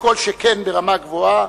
וכל שכן ברמה גבוהה,